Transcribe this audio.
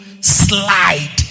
slide